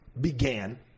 began